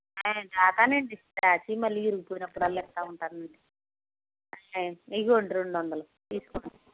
నేను దాస్తానండి దాచి మళ్ళీ విరిగిపోయినప్పుడల్లా ఇస్తూ ఉంటానండి అయి ఇదిగోనండీ రెండు వందలు తీసుకోండి